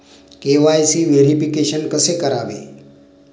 KYC verification कसे करावे?